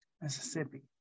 Mississippi